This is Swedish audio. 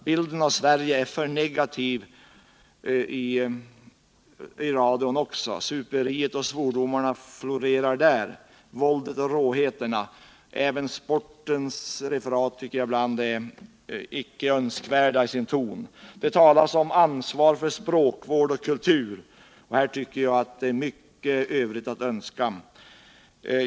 Bilden av Sverige är för negativ i radion också. Superiet och svordomarna, våldet och råheterna florerar också där. Även sportreferaten tycker jag ibland har en icke önskvärd ton. Det talas om ansvar för språkvård och kultur, men i det fallet tycker jag att det finns mycket övrigt att önska.